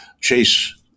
Chase